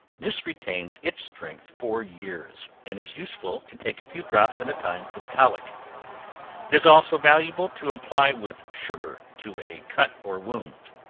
this retains its strength for years, and is useful to take a few drops at a time for the colic it is also valuable to apply with sugar to a cut or wound.